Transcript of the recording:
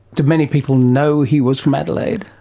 do many people know he was from adelaide?